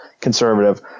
conservative